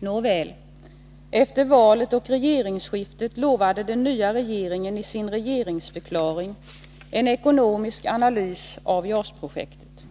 Nåväl, efter valet och regeringsskiftet lovade den nya regeringen i sin regeringsförklaring en ekonomisk analys av JAS-projektet.